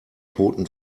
toten